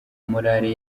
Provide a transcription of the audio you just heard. morale